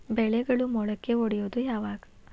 ಬೆಳೆಗಳು ಮೊಳಕೆ ಒಡಿಯೋದ್ ಯಾವಾಗ್?